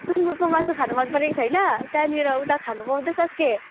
सुँगुरको मासु खान मनपरेको छैन त्यहाँनिर उता खान पाउँदैछस् के